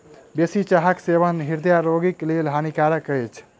बेसी चाहक सेवन हृदय रोगीक लेल हानिकारक अछि